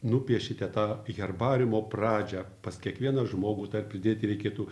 nupiešite tą herbariumo pradžią pas kiekvieną žmogų dar pridėti reikėtų